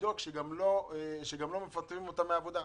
לדאוג שלא מפטרים אותן מהעבודה.